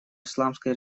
исламской